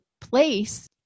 place